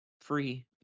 free